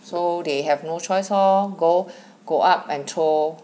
so they have no choice lor go go up and throw